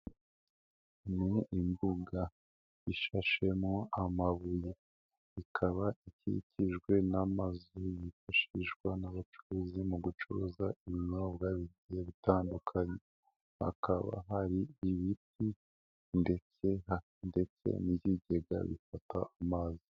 Ni imbuga ishashemo amabuye, ikaba ikikijwe n'amazu yifashishwa n'abacuruzi mu gucuruza ibinyobwa bigiye bitandukanye, hakaba hari ibiti ndetse n'ibigega bifata amazi.